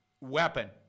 weapon